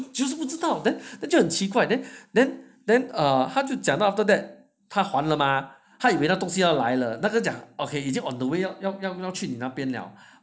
就是不知道 then 就很奇怪 then then then ah 他就讲 after that 他还了吗他以为那个东西要来了那个讲 is it on the way 要去你那边了